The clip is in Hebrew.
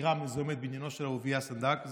החקירה המזוהמת בעניינו של אהוביה סנדק,